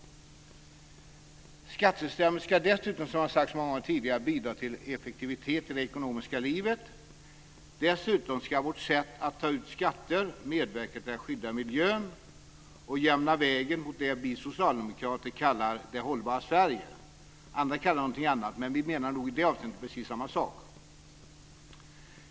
Skattesystemet ska dessutom, som jag sagt så många gånger tidigare, bidra till effektivitet i det ekonomiska livet. Dessutom ska vårt sätt att ta ut skatter medverka till att skydda miljön och jämna vägen mot det vi socialdemokrater kallar Det hållbara Sverige. Andra säger någonting annat, men vi menar nog i det avseendet precis samma sak.